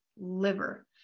liver